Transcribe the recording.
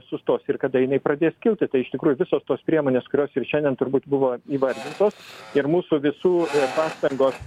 sustos ir kada jinai pradės kilti tai iš tikrųjų visos tos priemonės kurios ir šiandien turbūt buvo vardintos ir mūsų visų pastangos